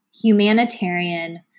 humanitarian